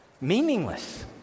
Meaningless